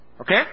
okay